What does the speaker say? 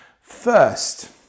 first